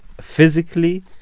physically